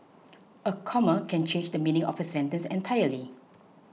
a comma can change the meaning of a sentence entirely